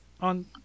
on